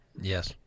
Yes